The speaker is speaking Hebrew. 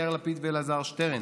יאיר לפיד ואלעזר שטרן,